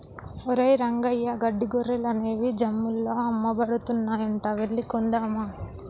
ఒరేయ్ రంగయ్య గడ్డి గొర్రెలు అనేవి జమ్ముల్లో అమ్మబడుతున్నాయంట వెళ్లి కొందామా